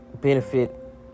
benefit